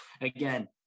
Again